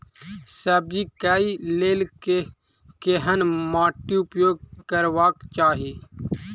सब्जी कऽ लेल केहन माटि उपयोग करबाक चाहि?